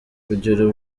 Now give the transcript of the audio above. kugera